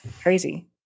Crazy